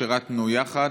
שירתנו יחד,